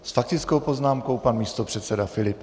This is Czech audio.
S faktickou poznámkou pan místopředseda Filip.